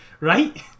right